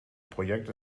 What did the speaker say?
projekt